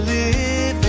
Living